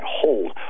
hold